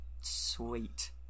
sweet